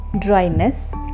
dryness